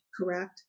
correct